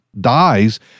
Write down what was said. dies